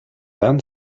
then